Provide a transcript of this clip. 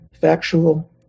factual